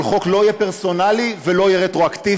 אבל חוק לא יהיה פרסונלי ולא יהיה רטרואקטיבי.